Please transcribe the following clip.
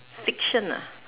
fiction ah